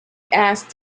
asked